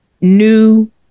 New